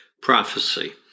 Prophecy